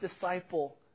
disciple